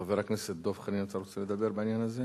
חבר הכנסת דב חנין, את רוצה לדבר בעניין הזה?